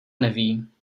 neví